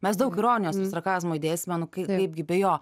mes daug ironijos ir sarkazmo įdėsime nu kai kaipgi be jo